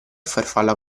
farfalla